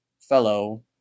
fellow